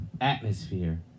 atmosphere